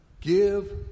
Give